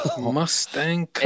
Mustang